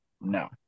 no